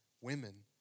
women